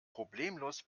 problemlos